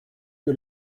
que